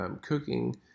Cooking